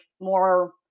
more